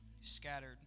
Scattered